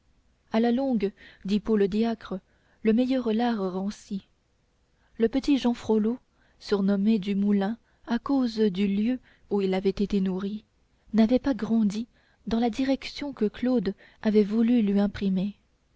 à la longue dit paul diacre le meilleur lard rancit le petit jehan frollo surnommé du moulin à cause du lieu où il avait été nourri n'avait pas grandi dans la direction que claude avait voulu lui imprimer